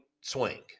swing